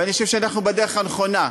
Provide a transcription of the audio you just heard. ואני חושב שאנחנו בדרך הנכונה.